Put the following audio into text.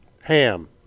Ham